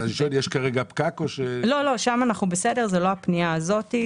לא, שם אנחנו בסדר, זה לא הפנייה הזאת.